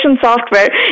software